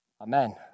Amen